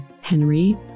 Henry